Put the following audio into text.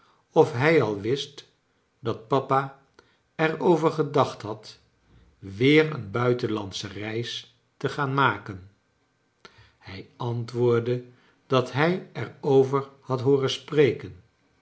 of hij al wist dat papa er over gedacht had weer een buitenlandsche reis te gaan maken hij antwoordde dat hij er over had hooren spreken